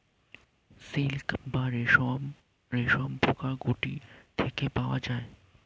silk বা রেশম রেশমপোকার গুটি থেকে পাওয়া যায়